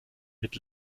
mit